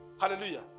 Hallelujah